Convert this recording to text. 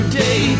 day